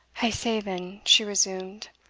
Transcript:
i say, then, she resumed,